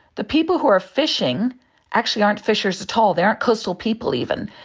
the people who are fishing actually aren't fishers at all, they aren't coastal people even.